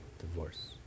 divorce